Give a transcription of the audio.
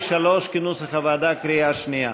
בעד,